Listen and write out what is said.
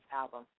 album